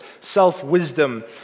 self-wisdom